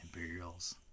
imperials